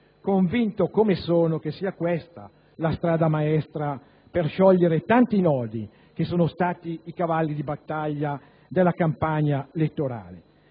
convinto come sono che sia questa la strada maestra per sciogliere i tanti nodi che sono stati i cavalli di battaglia della campagna elettorale.